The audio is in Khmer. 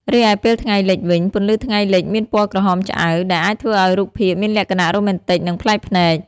រីឯពេលថ្ងៃលិចវិញ ពន្លឺពេលថ្ងៃលិចមានពណ៌ក្រហមឆ្អៅ ដែលអាចធ្វើឲ្យរូបភាពមានលក្ខណៈរ៉ូមែនទិក និងប្លែកភ្នែក។